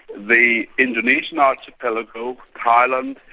the indonesian archipelago, thailand,